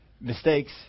mistakes